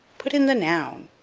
put in the noun.